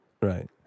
Right